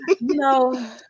No